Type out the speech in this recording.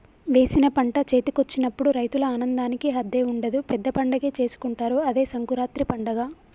వేసిన పంట చేతికొచ్చినప్పుడు రైతుల ఆనందానికి హద్దే ఉండదు పెద్ద పండగే చేసుకుంటారు అదే సంకురాత్రి పండగ